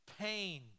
pain